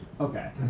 Okay